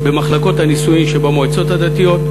במחלקות הנישואים שבמועצות הדתיות,